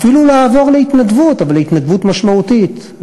אפילו לעבור להתנדבות אבל להתנדבות משמעותית.